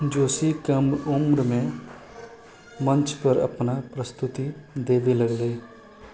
जोशी कम उम्रमे मञ्चपर अपना प्रस्तुति देबए लगलीह